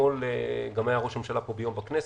גם היה ראש הממשלה ביום בכנסת,